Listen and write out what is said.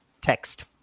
text